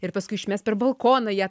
ir paskui išmes per balkoną ją